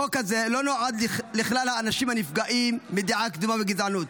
החוק הזה נועד לכלל האנשים הנפגעים מדעה קדומה וגזענות,